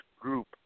group